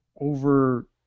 over